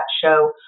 show